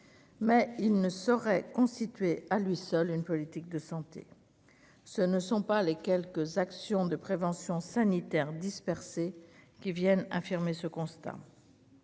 mais il ne saurait constituer à lui seul une politique de santé, ce ne sont pas les quelques actions de prévention sanitaire qui viennent infirmer ce constat